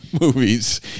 movies